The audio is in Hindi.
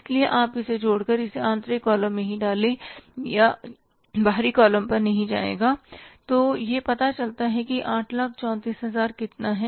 इसलिए आप इसे जोड़कर इसे आंतरिक कॉलम में ही डालें य बाहरी कॉलम पर नहीं जाएगा तो यह पता चलता है कि 834000 कितना है